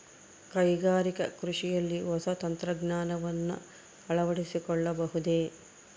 ಕೈಗಾರಿಕಾ ಕೃಷಿಯಲ್ಲಿ ಹೊಸ ತಂತ್ರಜ್ಞಾನವನ್ನ ಅಳವಡಿಸಿಕೊಳ್ಳಬಹುದೇ?